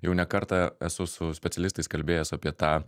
jau ne kartą esu su specialistais kalbėjęs apie tą